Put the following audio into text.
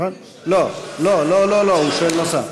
לא, לא, הוא שואל נוסף.